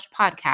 podcast